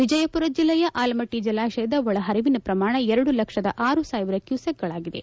ವಿಜಯಪುರ ಜಿಲ್ಲೆಯ ಆಲಮಟ್ಟ ಜಲಾಶಯದ ಒಳ ಪರಿವಿನ ಪ್ರಮಾಣ ಎರಡು ಲಕ್ಷದ ಆರು ಸಾವಿರ ಕ್ಯೂಸೆಕ್ಗಳಾಗಿದೆ